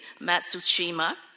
Matsushima